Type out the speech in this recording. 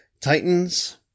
Titans